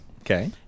Okay